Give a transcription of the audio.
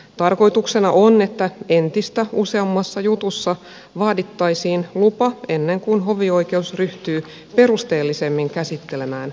tarkoituksena on että entistä useammassa jutussa vaadittaisiin lupa ennen kuin hovioikeus ryhtyy perusteellisemmin käsittelemään asiaa